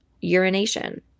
urination